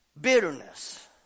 bitterness